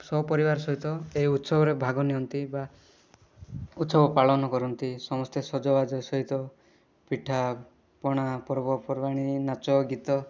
ସପରିବାର ସହିତ ଏ ଉତ୍ସବରେ ଭାଗ ନିଅନ୍ତି ବା ଉତ୍ସବ ପାଳନ କରନ୍ତି ସମସ୍ତେ ସଜବାଜ ସହିତ ପିଠାପଣା ପର୍ବପର୍ବାଣୀ ନାଚଗୀତ